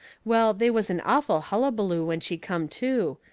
well, they was an awful hullaballo when she come to,